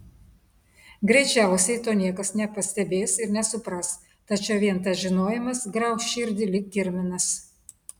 greičiausiai to niekas nepastebės ir nesupras tačiau vien tas žinojimas grauš širdį lyg kirminas